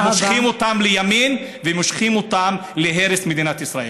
כי מושכים אותם לימין ומושכים אותם להרס מדינת ישראל.